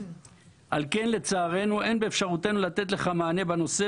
"...על כן לצערנו אין באפשרותנו לתת לך מענה בנושא,